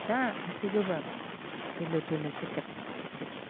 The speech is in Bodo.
जा ओंख्रि गोबाब दोलो दोलो सेथेब सेथेब